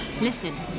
listen